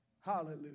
Hallelujah